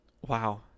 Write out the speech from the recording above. Wow